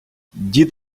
дід